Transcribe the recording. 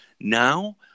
Now